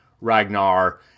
Ragnar